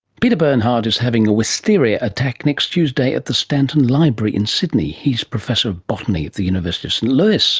peter bernhardt is having a wisteria attack next tuesday at the stanton library in sydney. he is professor of botany at the university of saint louis